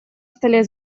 столе